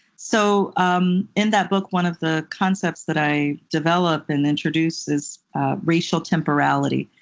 so um in that book, one of the concepts that i develop and introduce is racial temporality,